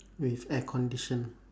with air condition